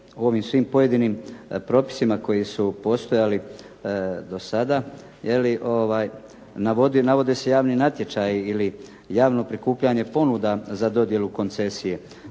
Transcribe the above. u ovim svim pojedinim propisima koji su postojali do sada je li, navodi i navode se javni natječaji ili javno prikupljanje ponuda za dodjelu koncesije,